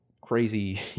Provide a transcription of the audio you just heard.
crazy